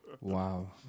Wow